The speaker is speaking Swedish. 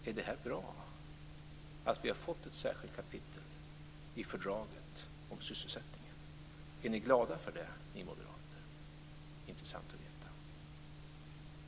Är det bra att vi har fått ett särskilt kapitel om sysselsättningen i fördraget? Är ni moderater glada för det? Det vore intressant att veta.